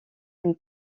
une